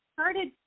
started